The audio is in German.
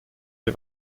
sie